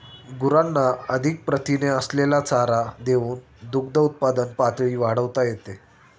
गुरांना अधिक प्रथिने असलेला चारा देऊन दुग्धउत्पादन पातळी वाढवता येते